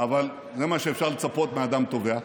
אבל זה מה שאפשר לצפות מאדם טובע,